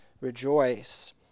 rejoice